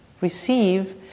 receive